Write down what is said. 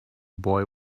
boy